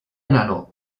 enano